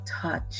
touch